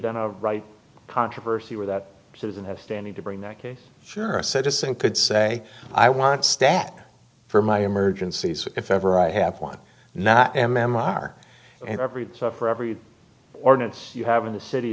done a right controversy where that citizen have standing to bring that case sure a citizen could say i want stack for my emergencies if ever i have one not m m r and every so for every ordinance you have in the city